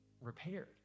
repaired